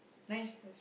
nice